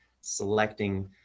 selecting